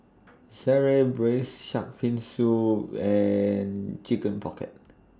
Sireh Braised Shark Fin Soup and Chicken Pocket